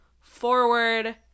forward